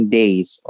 days